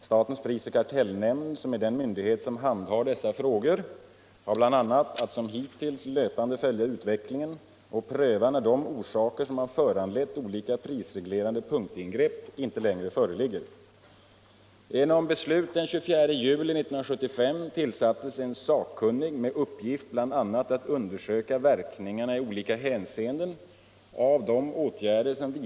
Statens prisoch kartellnämnd, som är den myndighet som handhar dessa frågor, har bl.a. att som hittills löpande följa utvecklingen och pröva när de orsaker som har föranletu olika prisreglerande punktingrepp inte längre föreligger.